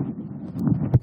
בבקשה.